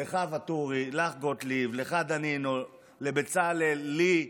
לך, ואטורי, לך, גוטליב, לך, דנינו, לבצלאל, לי,